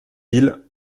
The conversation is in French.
îles